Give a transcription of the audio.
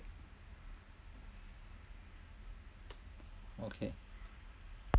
okay